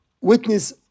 witness